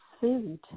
food